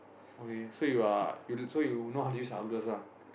okay so you are you so you know how to use Argus ah